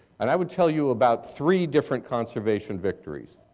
and i would tell you about three different conservation victories.